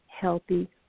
healthy